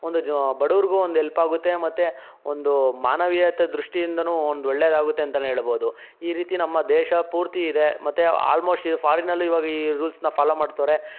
ಒಂದು ಜ್ ಬಡವರಿಗೂ ಒಂದು ಹೆಲ್ಪ್ ಆಗುತ್ತೆ ಮತ್ತೆ ಒಂದು ಮಾನವೀಯತೆ ದೃಷ್ಠಿಯಿಂದಲೂ ಒಂದು ಒಳ್ಳೆದಾಗುತ್ತೆ ಅಂತಲೇ ಹೇಳ್ಬೋದು ಈ ರೀತಿ ನಮ್ಮ ದೇಶ ಪೂರ್ತಿ ಇದೆ ಮತ್ತೆ ಆಲ್ಮೋಸ್ಟ್ ಈಗ ಫಾರಿನಲ್ಲೂ ಈವಾಗ ಈ ರೂಲ್ಸ್ನ ಫಾಲೋ ಮಾಡ್ತವ್ರೆ